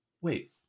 wait